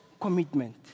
commitment